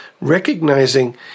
recognizing